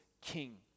king